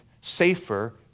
safer